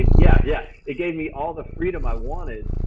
yeah yeah it gave me all the freedom i wanted,